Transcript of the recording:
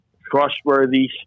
trustworthy